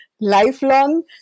lifelong